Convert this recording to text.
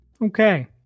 Okay